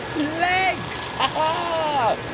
legs, haha!